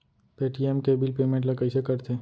Paytm के bill payment ल कइसे करथे?